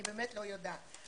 אני באמת לא יודעת,